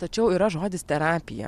tačiau yra žodis terapija